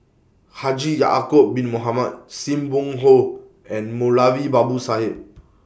Haji Ya'Acob Bin Mohamed SIM Wong Hoo and Moulavi Babu Sahib